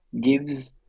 gives